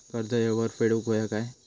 कर्ज येळेवर फेडूक होया काय?